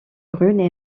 brunes